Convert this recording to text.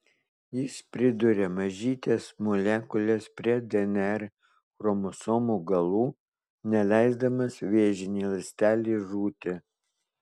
jis priduria mažytes molekules prie dnr chromosomų galų neleisdamas vėžinei ląstelei žūti